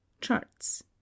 charts